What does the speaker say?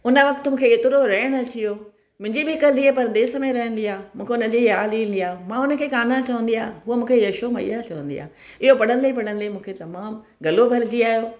उन वक़्तु मूंखे एतिरो रोयणु अची वियो मुंहिंजी बि हिकु धीअ परदेस में रहंदी आहे मूंखे उनजी यादि ईंदी आहे मां उनखे कान्हा चवंदी आहियां उहा मूंखे यशो मैया चवंदी आहे इहो पढ़ंदे पढ़ंदे मूंखे तमामु गलो भरिजी आहियो